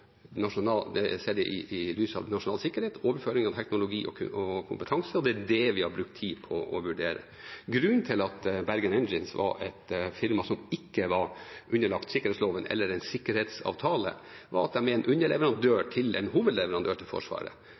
nasjonal sikkerhet, overføring av teknologi og kompetanse, og det er det vi har brukt tid på å vurdere. Grunnen til at Bergen Engines var et firma som ikke var underlagt sikkerhetsloven eller en sikkerhetsavtale, var at de er en underleverandør til en hovedleverandør til Forsvaret,